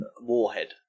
Warhead